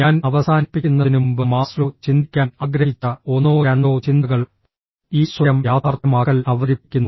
ഞാൻ അവസാനിപ്പിക്കുന്നതിനുമുമ്പ് മാസ്ലോ ചിന്തിക്കാൻ ആഗ്രഹിച്ച ഒന്നോ രണ്ടോ ചിന്തകൾ ഈ സ്വയം യാഥാർത്ഥ്യമാക്കൽ അവതരിപ്പിക്കുന്നു